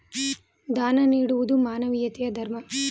ದಾನ ನೀಡುವುದು ಮಾನವೀಯತೆಯ ಧರ್ಮ